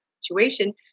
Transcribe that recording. situation